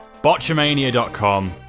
botchamania.com